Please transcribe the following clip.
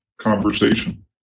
conversation